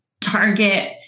target